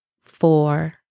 four